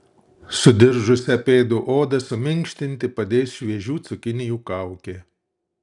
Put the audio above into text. sudiržusią pėdų odą suminkštinti padės šviežių cukinijų kaukė